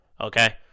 Okay